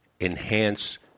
enhance